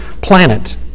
planet